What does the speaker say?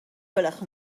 gwelwch